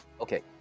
Okay